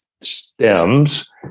stems